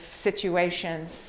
situations